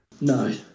No